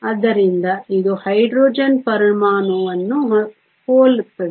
ಆದ್ದರಿಂದ ಇದು ಹೈಡ್ರೋಜನ್ ಪರಮಾಣುವನ್ನು ಹೋಲುತ್ತದೆ